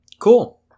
Cool